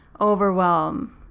overwhelm